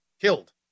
killed